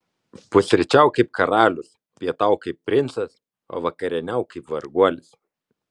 pusryčiauk kaip karalius pietauk kaip princas o vakarieniauk kaip varguolis